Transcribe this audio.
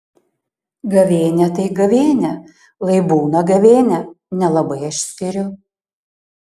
gavėnia tai gavėnia lai būna gavėnia nelabai aš skiriu